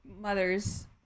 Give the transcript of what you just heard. mothers